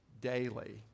daily